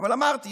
אבל אמרתי,